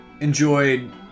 enjoyed